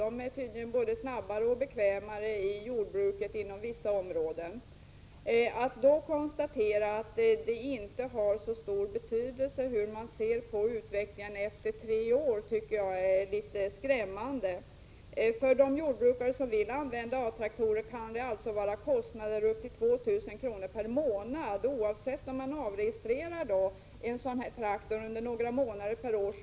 Dessa är tydligen både snabbare och bekvämare inom jordbruket på vissa områden. Det är litet skrämmande då det konstateras att det inte har så stor betydelse hur man ser på utvecklingen efter tre år. För de jordbrukare som vill använda A-traktorer kan det alltså bli fråga om kostnader på upp till 2 000 kr. per månad oavsett om de avregistrerar sådana traktorer under = Prot. 1986/87:46 några månader per år.